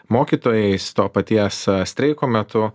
mokytojais to paties streiko metu